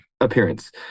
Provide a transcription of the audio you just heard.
appearance